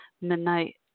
midnight